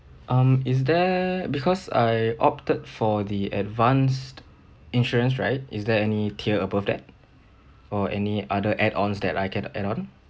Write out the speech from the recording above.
um is there because I opted for the advanced insurance right is there any tier above that or any other add-ons that I can add on